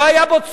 לא היה בו צורך.